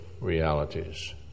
realities